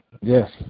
Yes